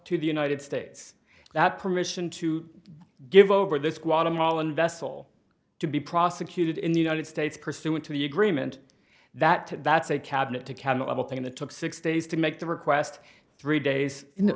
to the united states that permission to give over this guatemalan vessel to be prosecuted in the united states pursuant to the agreement that that's a cabinet to cannibal thing the took six days to make the request three days in the